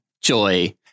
Joy